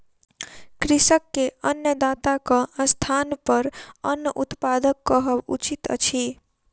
कृषक के अन्नदाताक स्थानपर अन्न उत्पादक कहब उचित अछि